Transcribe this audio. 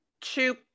two